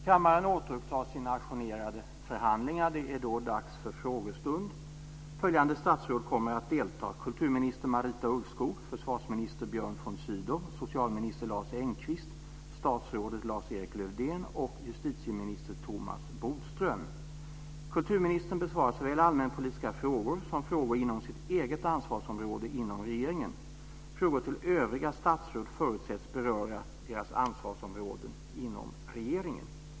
Kammaren återupptar sina ajournerade förhandlingar. Det är nu dags för frågestund. Följande statsråd kommer att delta: kulturminister Marita Ulvskog, försvarsminister Björn von Sydow, socialminister Kulturministern besvarar såväl allmänpolitiska frågor som frågor inom sitt eget ansvarsområde inom regeringen. Frågor till övriga statsråd förutsätts beröra deras ansvarsområden inom regeringen.